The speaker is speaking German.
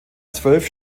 zwölf